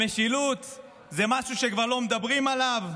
המשילות זה משהו שכבר לא מדברים עליו,